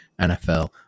NFL